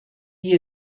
wie